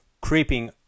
creeping